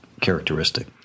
characteristic